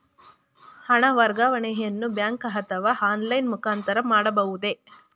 ಹಣ ವರ್ಗಾವಣೆಯನ್ನು ಬ್ಯಾಂಕ್ ಅಥವಾ ಆನ್ಲೈನ್ ಮುಖಾಂತರ ಮಾಡಬಹುದೇ?